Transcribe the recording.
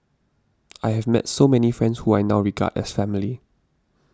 I have met so many friends who I now regard as family